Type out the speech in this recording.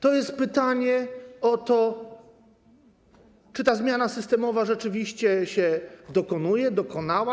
To jest pytanie o to, czy ta zmiana systemowa rzeczywiście się dokonuje, dokonała.